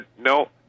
no